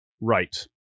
Right